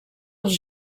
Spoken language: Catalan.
als